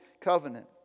covenant